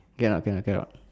ya cannot cannot cannot